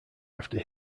after